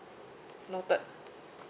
noted